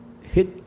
hit